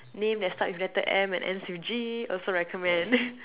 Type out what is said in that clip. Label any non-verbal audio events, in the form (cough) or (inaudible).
name that start with letter M and ends with G also recommend (laughs)